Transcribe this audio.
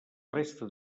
resta